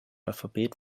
alphabet